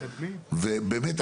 ובאמת,